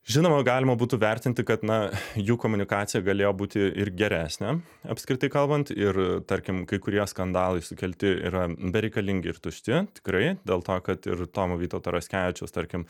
žinoma galima būtų vertinti kad na jų komunikacija galėjo būti ir geresnė apskritai kalbant ir tarkim kai kurie skandalai sukelti yra bereikalingi ir tušti tikrai dėl to kad ir tomo vytauto raskevičiaus tarkim